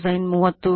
87 o